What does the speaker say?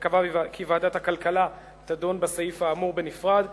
ונקבע כי ועדת הכלכלה תדון בסעיף האמור בנפרד.